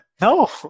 No